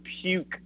puke